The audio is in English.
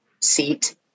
seat